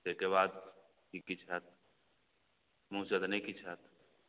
ताहिके बाद कि किछु हैत मुँहसे तऽ नहि किछु हैत